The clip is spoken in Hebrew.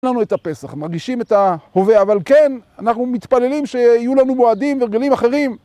את הפסח מרגישים את הווה אבל כן, אנחנו מתפללים שיהיו לנו מועדים ורגלים אחרים